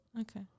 Okay